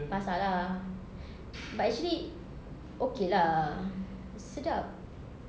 basah lah but actually okay lah sedap